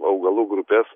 augalų grupes